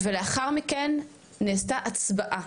לאחר מכן נעשתה הצבעה,